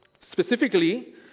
Specifically